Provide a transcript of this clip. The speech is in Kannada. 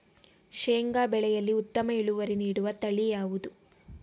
ಶೇಂಗಾ ಬೆಳೆಯಲ್ಲಿ ಉತ್ತಮ ಇಳುವರಿ ನೀಡುವ ತಳಿ ಯಾವುದು?